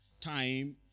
time